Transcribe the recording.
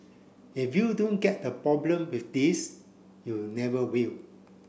if you don't get the problem with this you never will